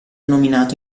nominato